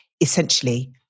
Essentially